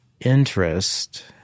interest